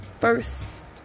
first